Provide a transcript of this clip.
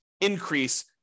increase